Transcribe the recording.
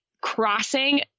crossing